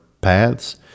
paths